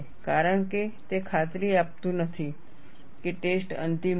કારણ કે તે ખાતરી આપતું નથી કે ટેસ્ટ અંતિમ હશે